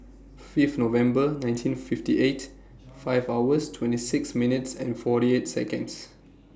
Fifth November nineteen fifty eight five hours twenty six minutes and forty eight Seconds